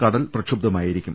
കടൽ പ്രക്ഷുബ്ധമായിരിക്കും